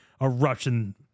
eruption